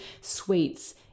sweets